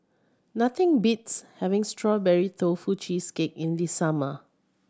nothing beats having Strawberry Tofu Cheesecake in the summer